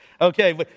Okay